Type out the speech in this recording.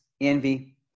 envy